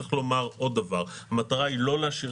צריך לומר עוד דבר: המטרה היא לא להשאיר